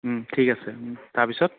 ঠিক আছে তাৰপিছত